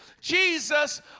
Jesus